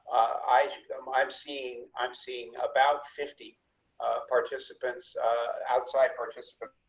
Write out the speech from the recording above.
i am i'm seeing i'm seeing about fifty participants outside participant.